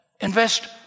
Invest